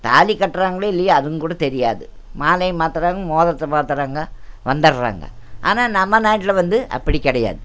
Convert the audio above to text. தாலி கட்டுறாங்களோ இல்லையோ அதுங்கூட தெரியாது மாலையை மாற்றுறாங்க மோதரத்தை மாற்றுறாங்க வந்துர்றாங்க ஆனால் நம்ம நாட்டில் வந்து அப்படி கிடையாது